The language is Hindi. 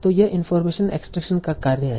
तो यह इनफार्मेशन एक्सट्रैक्शन का कार्य है